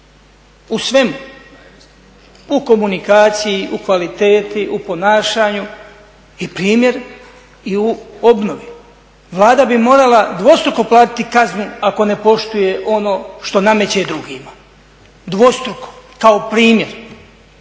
u svemu, u komunikaciji, u kvaliteti, u ponašanju i primjer i u obnovi. Vlada bi morala dvostruko platiti kaznu ako ne poštuje ono što nameće drugima, dvostruko, kao primjer.